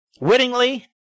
Wittingly